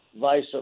vice